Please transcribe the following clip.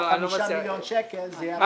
5-4 מיליון שקל זה ירד --- אני לא מצליח להבין.